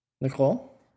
Nicole